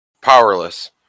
powerless